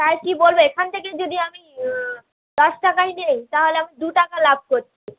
তাই কী বলবে এখান থেকে যদি আমি দশ টাকায় নেই তাহলে আমি দু টাকা লাভ করছি